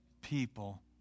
people